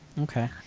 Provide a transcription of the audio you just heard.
Okay